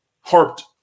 harped